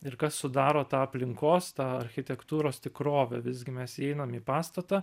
ir kas sudaro tą aplinkos architektūros tikrovę visgi mes įeinam į pastatą